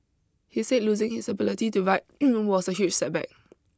he said losing his ability to write was a huge setback